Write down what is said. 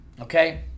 Okay